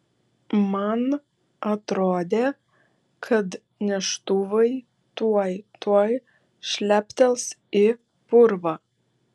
man atrodė kad neštuvai tuoj tuoj šleptels į purvą